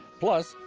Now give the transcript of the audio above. plus,